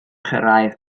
cyrraedd